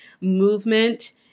movement